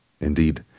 Indeed